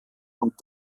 und